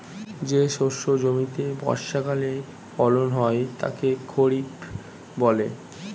যে শস্য জমিতে বর্ষাকালে ফলন হয় তাকে খরিফ বলে